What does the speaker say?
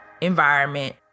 environment